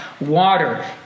water